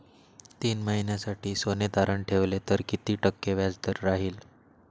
तीन महिन्यासाठी सोने तारण ठेवले तर किती टक्के व्याजदर राहिल?